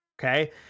Okay